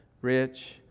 rich